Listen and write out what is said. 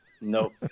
Nope